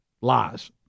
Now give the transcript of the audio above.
Lies